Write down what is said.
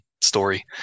story